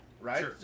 right